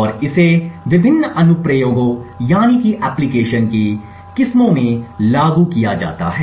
और इसे विभिन्न अनुप्रयोगों की किस्मों में लागू किया जाता है